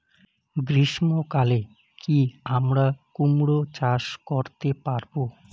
গ্রীষ্ম কালে কি আমরা কুমরো চাষ করতে পারবো?